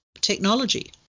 technology